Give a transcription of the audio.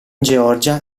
georgia